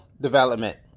development